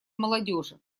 молодежи